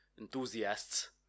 enthusiasts